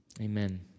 amen